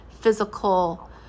physical